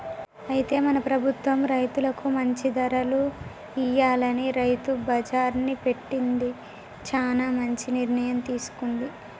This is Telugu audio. అయితే మన ప్రభుత్వం రైతులకు మంచి ధరలు ఇయ్యాలని రైతు బజార్ని పెట్టింది చానా మంచి నిర్ణయం తీసుకుంది